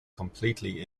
completely